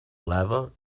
lever